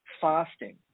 fasting